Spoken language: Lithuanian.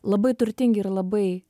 labai turtingi ir labai